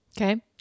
Okay